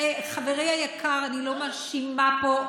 חברי היקר, אני לא מאשימה פה.